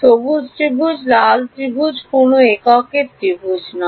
সবুজ ত্রিভুজ লাল ত্রিভুজ কোনও এককের ত্রিভুজ নয়